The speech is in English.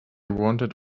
wanted